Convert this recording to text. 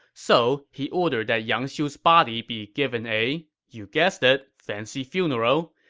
so he ordered that yang xiu's body be given a, you guessed it, fancy funeral,